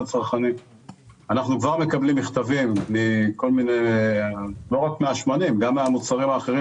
אנחנו מקבלים מכתבים לא רק מהשמנים אלא גם מהמוצרים האחרים,